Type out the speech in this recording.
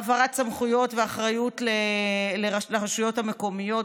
העברת סמכויות ואחריות לרשויות המקומיות,